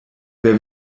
wer